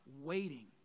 waiting